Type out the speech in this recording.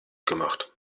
gemacht